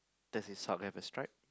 does his sock have a stripe